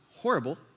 Horrible